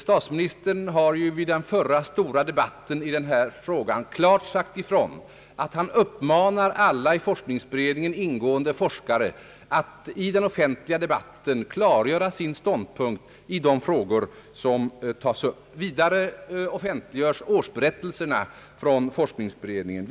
Statsministern sade vid den förra stora debatten i denna fråga klart ifrån att han uppmanar alla i forskningsberedningen ingående forskare att i den offentliga debatten klargöra sin ståndpunkt i de frågor som tas upp. Vidare offentliggörs årsberättelserna från forskningsberedningen.